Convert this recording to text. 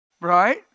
Right